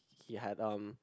he had um